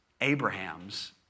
Abraham's